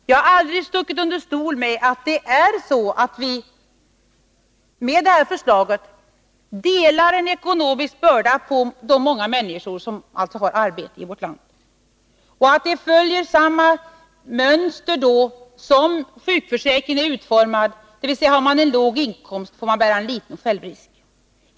Jag har aldrig stuckit under stol med att vi med förslaget fördelar den ekonomiska bördan på de många människor som har arbete i vårt land. Vi följer därvid samma mönster som sjukförsäkringen är utformad efter, dvs. att om man har låg inkomst, så får man bära en liten självrisk.